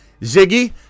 Ziggy